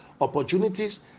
opportunities